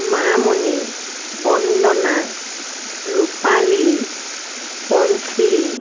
Mamoni Bandana Rupali Panchi